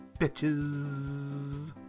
bitches